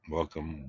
Welcome